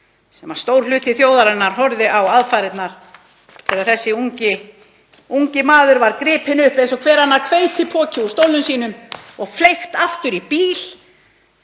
sem stór hluti þjóðarinnar horfði á aðfarirnar þegar þessi ungi maður var gripinn eins og hver annar hveitipoki úr stólnum sínum og fleygt aftur í bíl